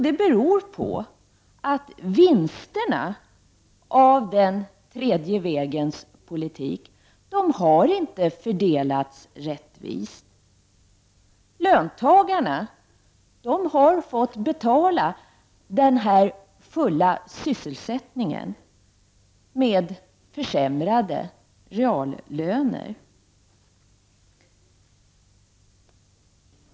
Det beror på att vinsterna av den tredje vägens politik inte fördelats rättvist. Löntagarna har fått betala den fulla sysselsättningen med försämrade reallöner.